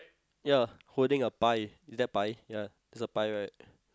ya holding a pie is that pie ya that's a pie right